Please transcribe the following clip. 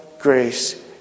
grace